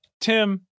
tim